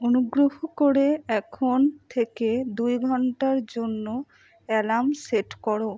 অনুগ্রহ করে এখন থেকে দুই ঘন্টার জন্য অ্যালার্ম সেট করো